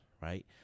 right